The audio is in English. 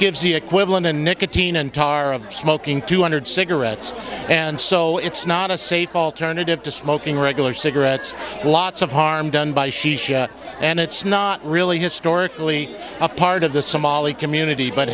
gives the equivalent to nicotine and tar of smoking two hundred cigarettes and so it's not a safe alternative to smoking regular cigarettes lots of harm done by shisha and it's not really historically a part of the somali community but